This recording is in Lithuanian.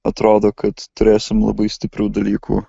atrodo kad turėsim labai stiprių dalykų